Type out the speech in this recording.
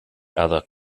other